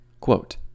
Quote